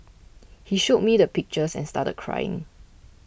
he showed me the pictures and started crying